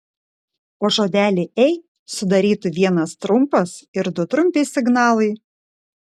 o žodelį ei sudarytų vienas trumpas ir du trumpi signalai